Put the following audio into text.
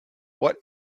what